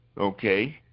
okay